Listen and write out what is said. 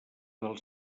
del